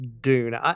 Dune